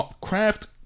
craft